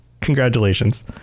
Congratulations